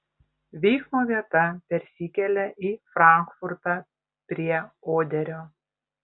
veiksmo vieta persikelia į frankfurtą prie oderio